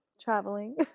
traveling